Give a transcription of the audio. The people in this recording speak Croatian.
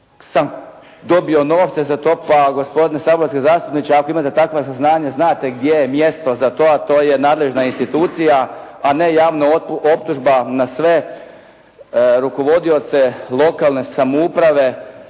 sam dobio novce za to. Pa gospodine saborski zastupniče ako imate takva saznanja znate gdje je mjesto za to, a to je nadležna institucija, a ne javna optužba na sve rukovodioce lokalne samouprave